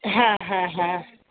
হ্যাঁ হ্যাঁ হ্যাঁ